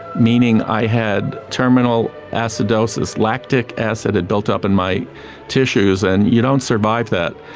meaning i had terminal acidosis, lactic acid had built up in my tissues, and you don't survive that.